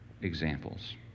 examples